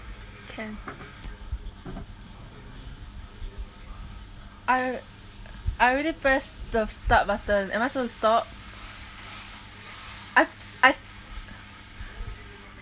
can I I already press the start button am I suppose to stop I I